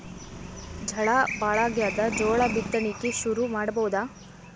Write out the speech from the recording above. ಝಳಾ ಭಾಳಾಗ್ಯಾದ, ಜೋಳ ಬಿತ್ತಣಿಕಿ ಶುರು ಮಾಡಬೋದ?